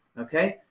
ok?